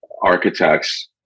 architects